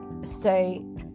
say